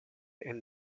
and